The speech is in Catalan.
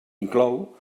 inclou